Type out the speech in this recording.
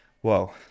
whoa